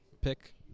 pick